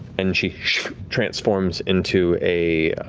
and she transforms into a